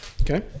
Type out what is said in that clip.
Okay